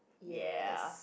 ya